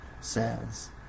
says